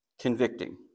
convicting